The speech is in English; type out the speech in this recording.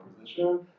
position